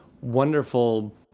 wonderful